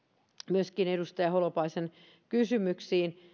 myöskin edustaja holopaisen kysymyksiin